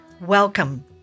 Welcome